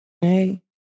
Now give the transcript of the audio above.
Hey